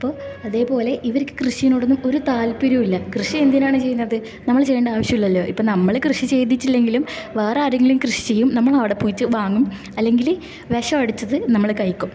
അപ്പോൾ അതേപോലെ ഇവർക്ക് കൃഷീനോടൊന്നും ഒരു താൽപ്പര്യമില്ല കൃഷി എന്തിനാണ് ചെയ്യുന്നത് നമ്മൾ ചെയ്യേണ്ട ആവശ്യമില്ലല്ലോ ഇപ്പം നമ്മൾ കൃഷി ചെയ്തട്ടില്ലങ്കിലും വേറെ ആരുടേങ്കിലും കൃഷി ചെയ്യും നമ്മളവിടെ പോയിട്ട് വാങ്ങും അല്ലെങ്കിൽ വിഷമടിച്ചത് നമ്മൾ കഴിക്കും